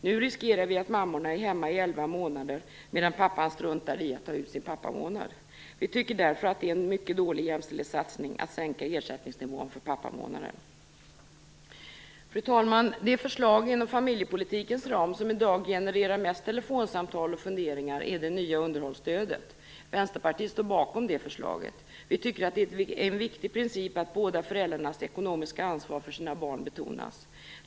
Nu riskerar vi att mammorna är hemma i elva månader, medan pappan struntar i att ta ut sin pappamånad. Vi tycker därför att det är en mycket dålig jämställdhetssatsning att sänka ersättningsnivån för pappamånaden. Fru talman! Det förslag inom familjepolitikens ram som i dag genererar mest telefonsamtal och funderingar är det nya underhållsstödet. Vänsterpartiet står bakom det förslaget. Vi tycker att det är en viktig princip att båda föräldrarnas ekonomiska ansvar för sina barn betonas.